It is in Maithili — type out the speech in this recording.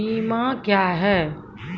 बीमा क्या हैं?